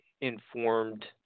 informed